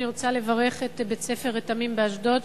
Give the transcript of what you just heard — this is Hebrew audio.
אני רוצה לברך את בית-הספר "רתמים" באשדוד,